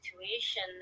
situation